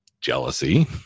jealousy